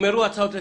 נגמרו ההצעות לסדר.